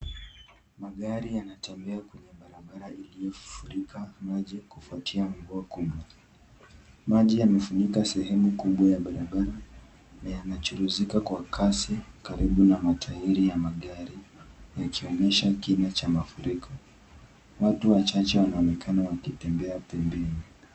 Magari yanatembea kwenye barabara iliyofurika maji kufuatia mvua kubwa. Maji yamefunika sehemu kubwa ya barabara na yanachuruzika kwa kasi karibu na matairi ya magari yakionyesha kimo cha mafuriko, watu wachache wanaonekana wakitembea pembeni.